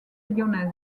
lyonnaise